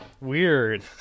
Weird